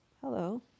hello